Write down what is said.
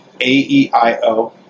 A-E-I-O